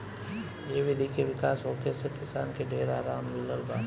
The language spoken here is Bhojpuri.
ए विधि के विकास होखे से किसान के ढेर आराम मिलल बा